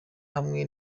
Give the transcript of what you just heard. hamwe